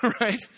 right